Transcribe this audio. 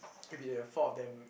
it will be the four of them